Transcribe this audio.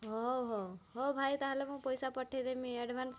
ହେଉ ହେଉ ହେଉ ଭାଇ ତା'ହେଲେ ମୁଁ ପଇସା ପଠେଇଦେମି ଏଡ଼୍ଭାନ୍ସ୍